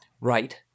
Right